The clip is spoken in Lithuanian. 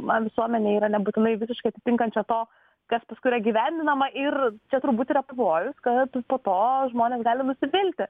man visuomenė yra nebūtinai visiškai atitinkančia to kas paskui yra įgyvendinama ir čia turbūt yra pavojus kad po to žmonės gali nusivilti